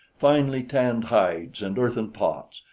finely tanned hides and earthen pots,